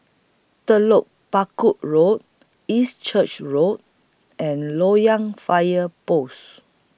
Telok Paku Road East Church Road and Loyang Fire Post